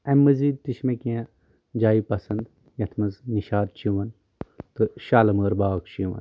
اَمہِ مٔزیٖد تہِ چھِ مےٚ کیٚنٛہہ جایہِ پسنٛد یَتھ منٛز نِشات چھِ یِوان تہٕ شالہٕ مور باغ چھِ یِوان